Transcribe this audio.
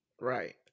right